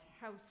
house